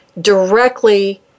directly